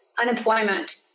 unemployment